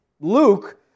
Luke